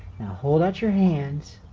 hold out your hands.